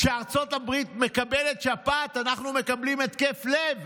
כשארצות הברית מקבלת שפעת, אנחנו מקבלים התקף לב.